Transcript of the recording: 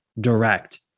direct